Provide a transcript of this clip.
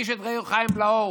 איש את רעהו חיים בלעהו.